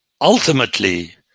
ultimately